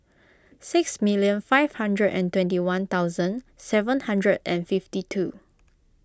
six million five hundred and twenty one thousand seven hundred and fifty two